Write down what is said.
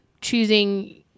choosing